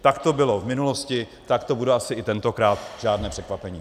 Tak to bylo v minulosti, tak to bude asi i tentokrát, žádné překvapení.